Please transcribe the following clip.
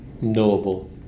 knowable